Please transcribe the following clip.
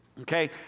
okay